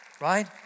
Right